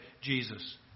Jesus